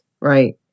right